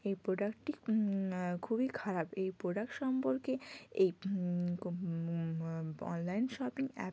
এই প্রোডাক্টটি খুবই খারাপ এই প্রোডাক্ট সম্পর্কে এই অনলাইন শপিং অ্যাপ